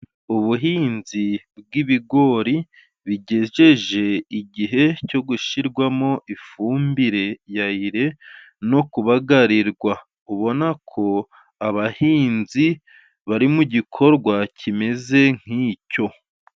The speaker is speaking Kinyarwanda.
Ubuhinzi bw'ibigori bigejeje igihe cyo gushyirwamo ifumbire ya Ire no kubagarirwa. ubona ko abahinzi bari mu gikorwa kimeze nk'icyo.